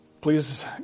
Please